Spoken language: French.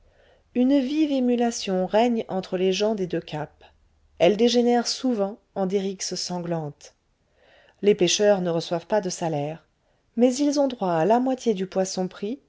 une vive émulation règne entre les gens des deux caps elle dégénère souvent en des rixes sanglantes les pêcheurs ne reçoivent pas de salaires mais ils ont droit à la moitié du poisson pris